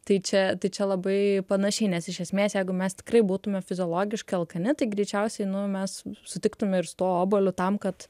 tai čia tai čia labai panašiai nes iš esmės jeigu mes tikrai būtume fiziologiškai alkani tai greičiausiai nu mes sutiktume ir su tuo obuoliu tam kad